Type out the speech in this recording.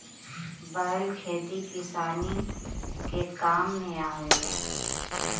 बैल खेती किसानी के काम में आवेला